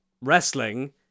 wrestling